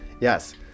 Yes